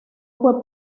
fue